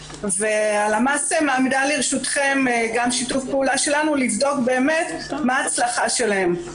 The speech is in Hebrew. והלמ"ס מעמידה לרשותכם גם שיתוף פעולה שלנו לבדוק באמת מה ההצלחה שלהן.